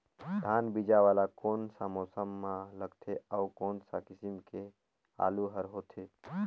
धान बीजा वाला कोन सा मौसम म लगथे अउ कोन सा किसम के आलू हर होथे?